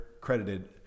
credited